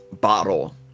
bottle